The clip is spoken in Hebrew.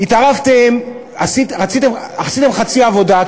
עשיתם חצי עבודה,